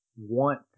want